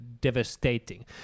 devastating